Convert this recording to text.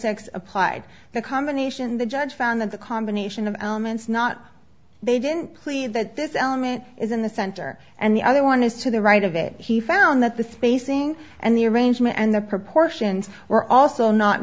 x applied the combination the judge found that the combination of elements not they didn't please that this element is in the center and the other one is to the right of it he found that the spacing and the arrangement and the proportions were also not